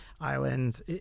Islands